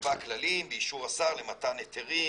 תקבע כללים באישור השר למתן היתרים,